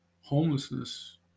homelessness